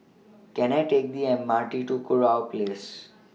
Can I Take The M R T to Kurau Place